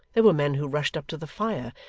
there were men who rushed up to the fire,